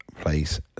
place